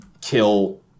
kill